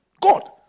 God